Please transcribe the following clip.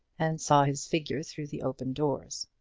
and saw his figure through the open doors.